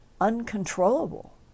uncontrollable